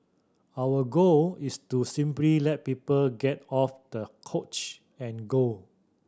our goal is to simply let people get off the couch and go